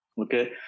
Okay